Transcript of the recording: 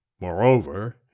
Moreover